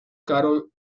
carol